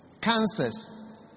Cancers